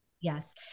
Yes